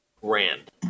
grand